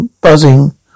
buzzing